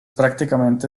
prácticamente